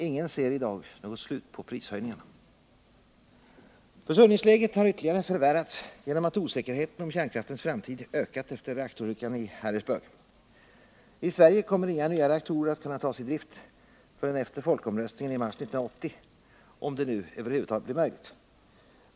Ingen ser i dag något slut på prishöjningarna. Försörjningsläget har ytterligare förvärrats genom att osäkerheten om kärnkraftens framtid ökat efter reaktorolyckan i Harrisburg. I Sverige kommer inga nya reaktorer att kunna tas i drift förrän efter folkomröstningen i mars 1980, om det över huvud taget blir möjligt.